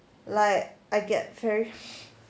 like I get very